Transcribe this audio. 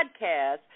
podcast